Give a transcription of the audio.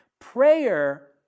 Prayer